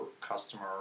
customer